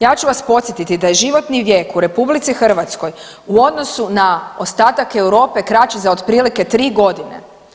Ja ću vas podsjetiti da je životni vijek u RH u odnosu na ostatak Europe kraći za otprilike 3 godine.